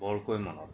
বৰকৈ মনত পৰে